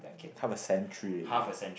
half a century already